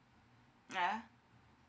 yeah